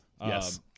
Yes